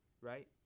Right